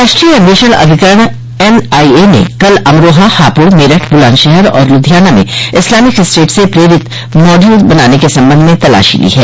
राष्ट्रीय अन्वेषण अभिकरण एन आई ए ने कल अमरोहा हापुड़ मेरठ बुलंदशहर और लुधियाना में इस्लामिक स्टेट से प्रेरित मॉडयूल मामले के संबंध में तलाशी ली है